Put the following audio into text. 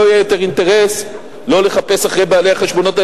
יהיה יותר אינטרס לא לחפש אחרי בעלי החשבונות,